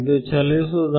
ಇದು ಚಲಿಸುವುದು